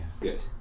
Good